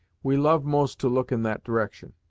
we love most to look in that direction.